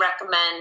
recommend